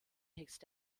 text